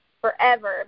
forever